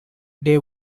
they